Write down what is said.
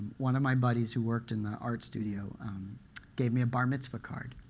one of my buddies who worked in the art studio gave me a bar mitzvah card.